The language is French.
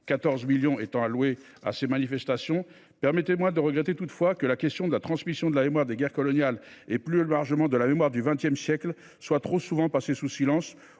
14 millions d’euros étant dédiés à ces manifestations. Toutefois, je regrette que la question de la transmission de la mémoire des guerres coloniales et, plus largement, de la mémoire du XX siècle soit trop souvent passée sous silence.